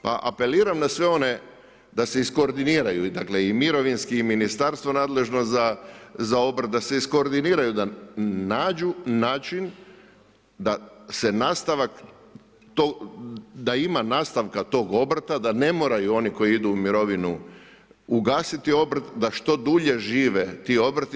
Pa apeliram na sve one da se iskordiniraju, dakle i mirovinski i ministarstvo nadležno za obrt, da se iskoordiniraju, da nađu način da se nastavak, da ima nastavka tog obrta, da ne moraju oni koji idu u mirovinu ugasiti obrt, da što dulje žive ti obrti.